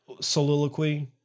soliloquy